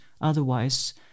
otherwise